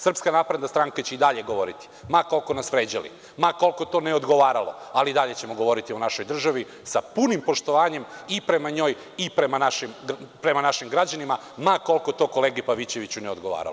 Srpska napredna stranka će i dalje govoriti, ma koliko nas vređali, ma koliko tome neodgovaralo, ali i dalje ćemo govoriti o našoj državi sa punim poštovanjem i prema njoj i prema našim građanima, ma koliko to kolegi Pavićeviću neodgovaralo.